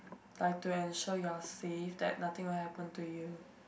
like to ensure you're safe that nothing will happen to you